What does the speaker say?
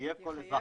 יחייב כל אזרח.